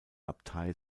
abtei